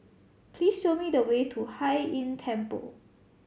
please show me the way to Hai Inn Temple